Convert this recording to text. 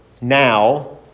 now